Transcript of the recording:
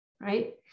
right